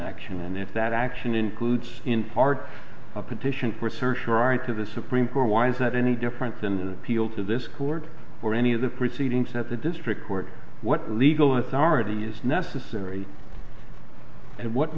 action and if that action includes in part a petition or search warrant to the supreme court why is that any different than the appeal to this court or any of the proceedings that the district court what legal authority is necessary and what